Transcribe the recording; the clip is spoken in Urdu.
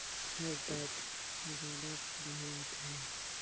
سر درد زیادہ بڑھ جاتا ہے